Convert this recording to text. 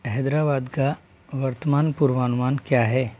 हैदराबाद का वर्तमान पूर्वानुमान क्या है